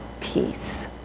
peace